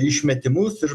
išmetimus ir